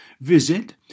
Visit